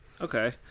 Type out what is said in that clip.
Okay